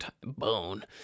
bone